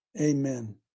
Amen